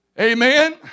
Amen